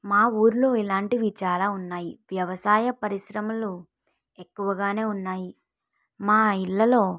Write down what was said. మా ఊళ్ళో ఇలాంటివి చాలా ఉన్నాయి వ్యవసాయ పరిశ్రమలు ఎక్కువగా ఉన్నాయి మా ఇళ్ళలో